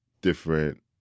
different